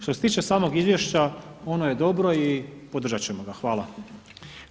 Što se tiče samog izvješća, ono je dobro i podržati ćemo ga.